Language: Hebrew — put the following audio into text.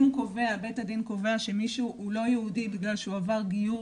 אם בית הדין קובע שמישהו הוא לא יהודי בגלל שהוא עבר גיור